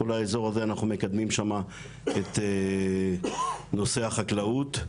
בכל האזור הזה אנחנו מקדמים את נושא החקלאות.